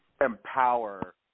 empower